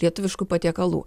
lietuviškų patiekalų